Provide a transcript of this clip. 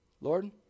lord